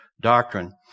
doctrine